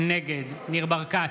נגד ניר ברקת,